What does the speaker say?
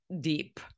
deep